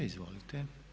Izvolite.